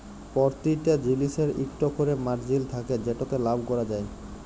পরতিটা জিলিসের ইকট ক্যরে মারজিল থ্যাকে যেটতে লাভ ক্যরা যায়